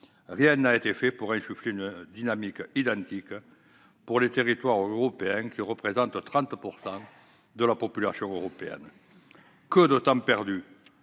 rien n'a été fait pour insuffler une dynamique identique pour les territoires ruraux européens, qui représentent 30 % de la population européenne. Que de temps perdu !